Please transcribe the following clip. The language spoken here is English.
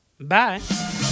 Bye